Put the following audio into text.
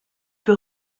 que